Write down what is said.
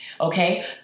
Okay